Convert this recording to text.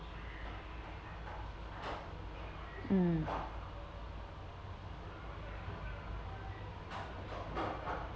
mm